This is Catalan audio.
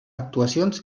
actuacions